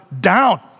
down